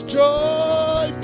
joy